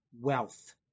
wealth